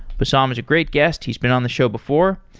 bassam is a great guest. he's been on the show before.